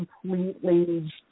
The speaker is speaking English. completely